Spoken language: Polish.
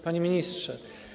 Panie Ministrze!